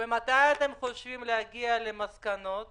ומתי אתם חושבים להגיע למסקנות